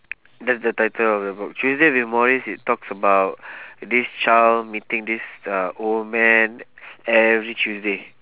that's the title of the book tuesday with morrie it talks about this child meeting this uh old man every tuesday